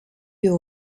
für